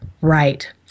right